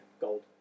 gold